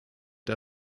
der